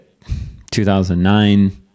2009